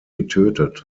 getötet